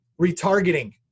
retargeting